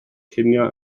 cinio